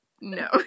No